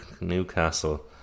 Newcastle